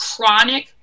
chronic